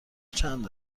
چند